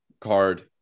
card